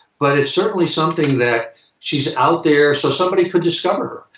but it's certainly something that she's out there so somebody could discover her.